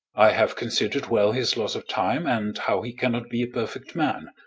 i have consider'd well his loss of time, and how he cannot be a perfect man,